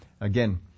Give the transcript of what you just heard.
Again